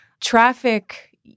traffic